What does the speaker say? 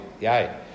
Yay